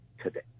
today